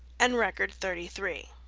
and record thirty three.